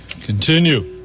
continue